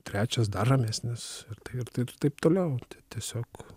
trečias dar ramesnis ir tai ir tai ir taip toliau tiesiog